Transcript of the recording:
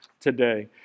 today